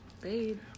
babe